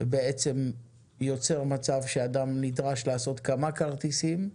שבעצם יוצרים מצב שאדם נדרש לעשות כמה כרטיסים,